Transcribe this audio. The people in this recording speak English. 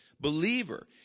believer